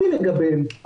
כמשמעותם בחוק הספורט,